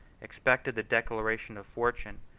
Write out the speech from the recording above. expected the declaration of fortune,